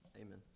Amen